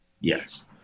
Yes